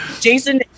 Jason